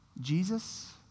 Jesus